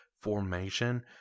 formation